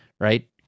right